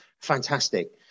Fantastic